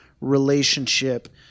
relationship